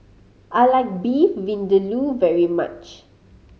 I like Beef Vindaloo very much